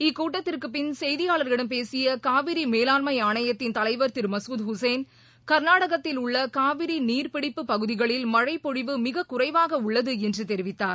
இக்கூட்டத்திற்குப் பின் செய்தியாளர்களிடம் பேசிய காவிரி மேலாண்மை ஆணையத்தின் தலைவர் திரு மசூத் ஹூசைன் கர்நாடகத்தில் உள்ள காவிரி நீர்பிடிப்புப் பகுதிகளில் மழைப்பொழிவு மிகக்குறைவாக உள்ளது என தெரிவித்தார்